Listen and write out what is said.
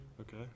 Okay